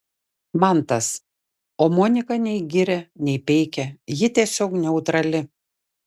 mantas o monika nei giria nei peikia ji tiesiog neutrali